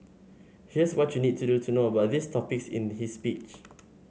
here's what you need to know about these topics in his speech